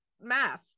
math